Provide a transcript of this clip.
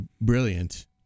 brilliant